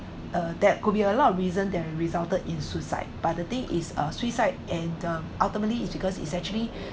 uh that could be a lot of reason that resulted in suicide but the thing is uh suicide and the ultimately is because it's actually